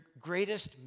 greatest